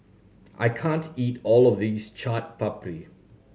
I can't eat all of this Chaat Papri